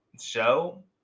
show